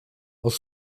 els